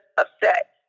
upset